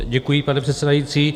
Děkuji, pane předsedající.